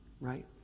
Right